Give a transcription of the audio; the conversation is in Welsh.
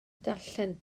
darllen